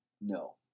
No